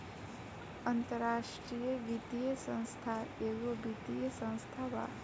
अन्तराष्ट्रिय वित्तीय संस्था एगो वित्तीय संस्था बा